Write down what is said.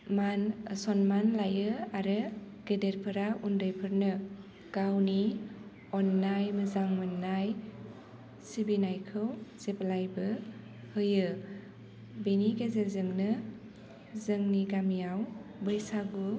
मान सनमान लायो आरो गेदेरफोरा उन्दैफोरनो गावनि अन्नाय मोजां मोन्नाय सिबिनायखौ जेब्लायबो होयो बिनि गेजेरजोंनो जोंनि गामियाव बैसागु